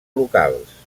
locals